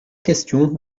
question